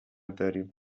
داریم